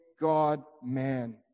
God-man